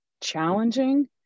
challenging